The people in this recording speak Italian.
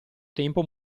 tempo